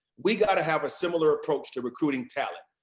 we got to have a similar approach to recruiting talent.